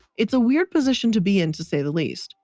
it's a weird position to be in, to say the least,